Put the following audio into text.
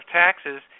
taxes